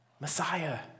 Messiah